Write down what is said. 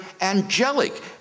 angelic